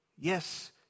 Yes